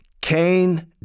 Cain